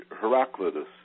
Heraclitus